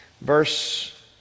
verse